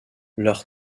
leur